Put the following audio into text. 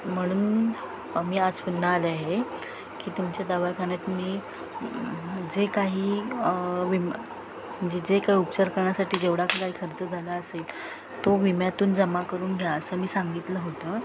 म्हणून मी आज पुन्हा आले आहे की तुमच्या दवाखान्यात मी जे काही विमा म्हणजे जे काही उपचार करण्यासाठी जेवढा काही खर्च झाला असेल तो विम्यातून जमा करून घ्या असं मी सांगितलं होतं